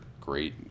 great